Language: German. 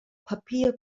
papier